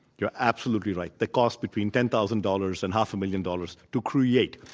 you're absolutely right. they cost between ten thousand dollars and half a million dollars to create.